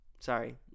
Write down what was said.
Sorry